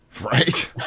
Right